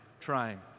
trying